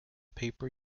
paper